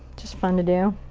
just fun to do.